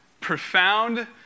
profound